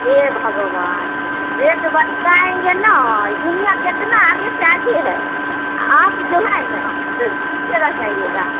हे भगवान रेट बताइएगा ना दुनिया कितना आगे से आगे है आप जो है ना पीछे रह जाइएगा